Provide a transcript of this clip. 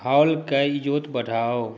हॉलके इजोत बढ़ाउ